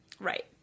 Right